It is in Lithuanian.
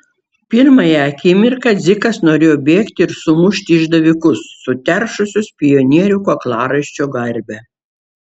pirmąją akimirką dzikas norėjo bėgti ir sumušti išdavikus suteršusius pionierių kaklaraiščio garbę